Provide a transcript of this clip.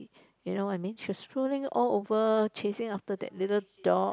you know I mean she's rolling all over chasing after that little dog